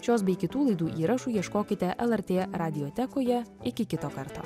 šios bei kitų laidų įrašų ieškokite lrt rediotekoje iki kito karto